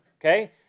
okay